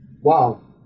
Wow